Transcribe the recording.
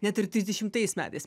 net ir trisdešimtais metais